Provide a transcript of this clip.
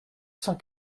cent